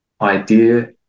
idea